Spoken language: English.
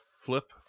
flip